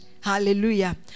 hallelujah